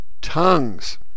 tongues